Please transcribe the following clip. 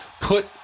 put